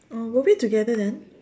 oh were we together then